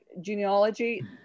genealogy